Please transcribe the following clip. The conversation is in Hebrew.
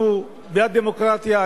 אנחנו בעד דמוקרטיה,